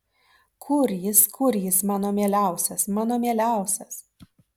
kur jis kur jis mano mieliausias mano mieliausias